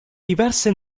diverse